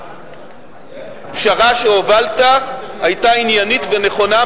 הפשרה שהובלת היתה עניינית ונכונה,